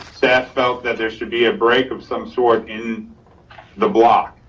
staff felt that there should be a break of some sort in the block.